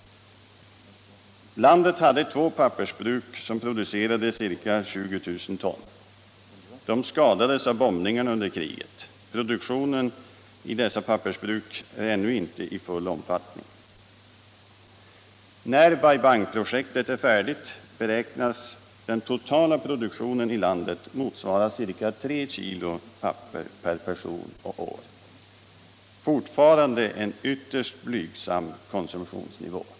Landet hade två pappersbruk som producerade ca 20 000 ton. De skadades av bombningarna under kriget. Produktionen vid dessa pappersbruk har ännu inte nått full omfattning. När Bai Bang-projektet är färdigt beräknas den totala produktionen i landet motsvara ca 3 kg papper per person och år — fortfarande en 141 ytterst blygsam konsumtionsnivå.